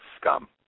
scum